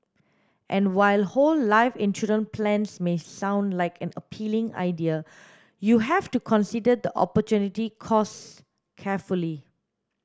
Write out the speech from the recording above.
and while whole life insurance plans may sound like an appealing idea you have to consider the opportunity costs carefully